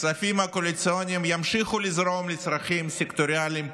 הכספים הקואליציוניים ימשיכו לזרום לצרכים סקטוריאליים,